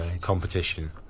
competition